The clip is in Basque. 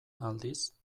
aldiz